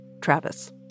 Travis